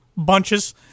Bunches